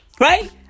Right